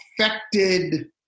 affected